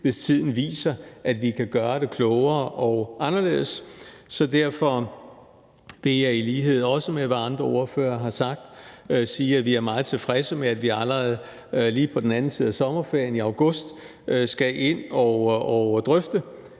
hvis tiden viser, at vi kan gøre det klogere og anderledes. Så derfor – det er i lighed med, hvad andre ordførere har sagt – vil vi sige, at vi er meget tilfredse med, at vi allerede lige på den anden side af sommerferien, i august, skal ind og drøfte